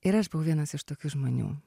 ir aš buvau vienas iš tokių žmonių